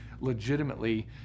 legitimately